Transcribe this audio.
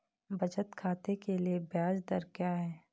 बचत खाते के लिए ब्याज दर क्या है?